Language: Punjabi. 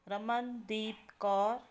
ਰਮਨਦੀਪ ਕੌਰ